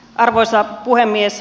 arvoisa puhemies